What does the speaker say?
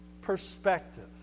perspective